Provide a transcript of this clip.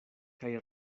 kaj